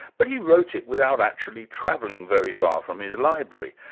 but he wrote it without actually travelling very far from his library.